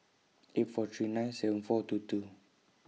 eight four three nine seven four two two